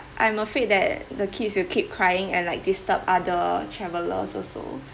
I'm afraid that the kids will keep crying and like disturb other travelers also